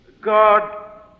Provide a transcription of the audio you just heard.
God